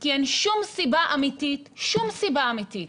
כי אין שום סיבה אמיתית, שום סיבה אמיתית,